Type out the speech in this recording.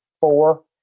four